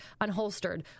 unholstered